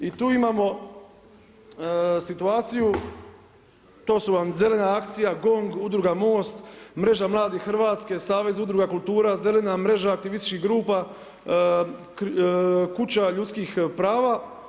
I tu imamo situaciju to su vam Zelena akcija, GONG, Udruga MOST, Mreža mladih Hrvatske, Savez udruga kultura, Zelena mreža aktivističkih grupa, Kuća ljudskih prava.